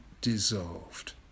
dissolved